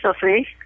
Sophie